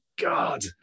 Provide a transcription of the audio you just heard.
God